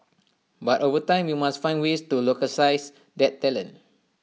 but over time we must find ways to localise that talent